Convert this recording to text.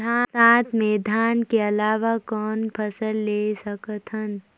बरसात मे धान के अलावा कौन फसल ले सकत हन?